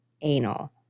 anal